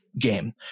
game